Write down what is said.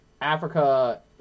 Africa